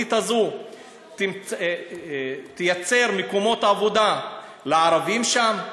התוכנית הזאת תיצור מקומות עבודה לערבים שם,